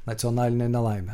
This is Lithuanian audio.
nacionalinė nelaimė